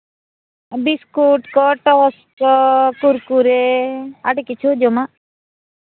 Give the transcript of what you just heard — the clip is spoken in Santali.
ᱵᱤᱥᱠᱩᱴ ᱠᱚ ᱴᱚᱯ ᱠᱚ ᱠᱩᱨᱠᱩᱨᱮ ᱟᱹᱰᱤ ᱠᱤᱪᱷᱩ ᱡᱚᱢᱟᱜ